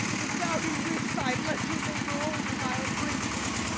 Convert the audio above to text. if thou do wish thy lecher may grow old in thy embracements,